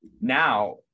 now